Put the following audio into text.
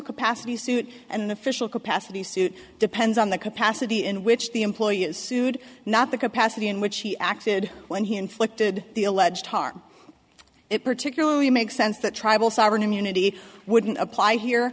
capacity suit and an official capacity suit depends on the capacity in which the employee is sued not the capacity in which he acted when he inflicted the alleged harm it particularly makes sense that tribal sovereign immunity wouldn't apply here